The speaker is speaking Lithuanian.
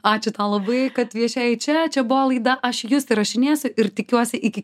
ačiū tau labai kad viešėjai čia čia buvo laida aš jus įrašinėsu ir tikiuosi iki